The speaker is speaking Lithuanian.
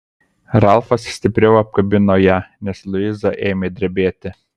ralfas stipriau apkabino ją nes luiza ėmė drebėti